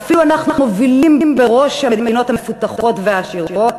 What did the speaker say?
ואנחנו אפילו מובילים בראש המדינות המפותחות והעשירות,